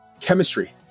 chemistry